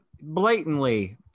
blatantly